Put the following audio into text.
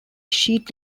sheet